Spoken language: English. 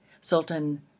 sultan